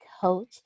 Coach